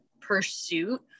pursuit